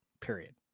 Period